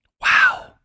Wow